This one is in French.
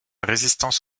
résistance